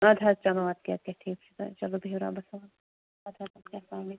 اَدٕ حظ چَلو اَدٕ کہِ اَدٕ کہِ ٹھیٖک چھُ چَلو بیٚہو رۄبس حَوال اَدٕ حظ